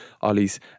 Ollie's